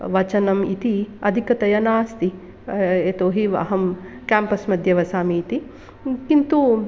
वचनम् इति अधिकतया नास्ति यतो हि अहं काम्पस्मध्ये वसामि इति किन्तु